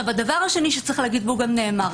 שנית,